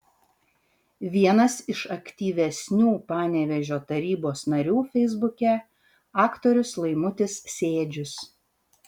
vienas iš aktyvesnių panevėžio tarybos narių feisbuke aktorius laimutis sėdžius